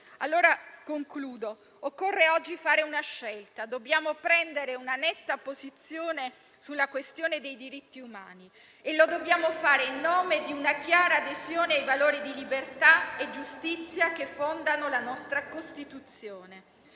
sono altri. Occorre oggi fare una scelta. Dobbiamo prendere una netta posizione sulla questione dei diritti umani, in nome di una chiara adesione ai valori di libertà e giustizia che fondano la nostra Costituzione.